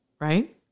right